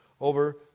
over